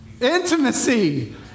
intimacy